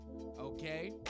okay